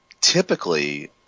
typically